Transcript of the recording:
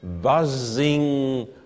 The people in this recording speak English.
buzzing